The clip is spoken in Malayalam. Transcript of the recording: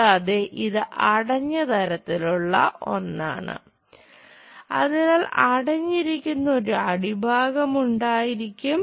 കൂടാതെ ഇത് അടഞ്ഞ തരത്തിലുള്ള ഒന്നാണ് അതിനാൽ അടഞ്ഞിരിക്കുന്ന ഒരു അടിഭാഗം ഉണ്ടായിരിക്കണം